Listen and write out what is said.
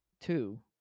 Two